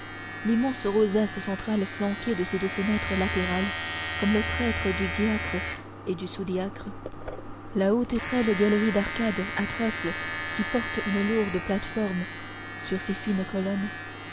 l'immense rosace centrale flanquée de ses deux fenêtres latérales comme le prêtre du diacre et du sous-diacre la haute et frêle galerie d'arcades à trèfle qui porte une lourde plate-forme sur ses fines colonnettes